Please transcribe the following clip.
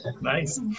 nice